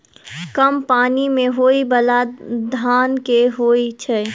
कम पानि मे होइ बाला धान केँ होइ छैय?